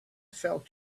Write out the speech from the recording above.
felt